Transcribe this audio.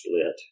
split